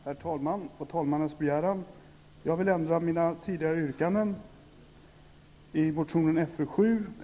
Herr talman! På talmannens begäran vill jag ändra mina tidigare yrkande angående motionen Fö7.